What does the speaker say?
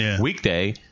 weekday